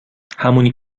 همونی